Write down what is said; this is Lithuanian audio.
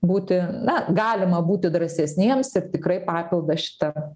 būti na galima būti drąsesniems ir tikrai papildą šitą